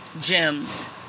gems